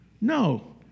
No